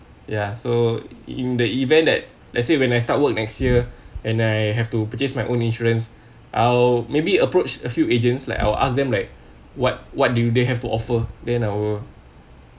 ya so in the event that let's say when I start work next year and I have to purchase my own insurance I'll maybe approached a few agents like I'll ask them like what what do you they have to offer then I will